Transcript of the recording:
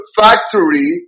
factory